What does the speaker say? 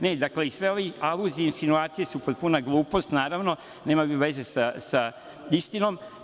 Ne, dakle, sve ove aluzije i insinuacije su potpuna glupost, nemaju veze sa istinom.